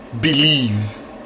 believe